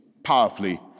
powerfully